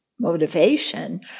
motivation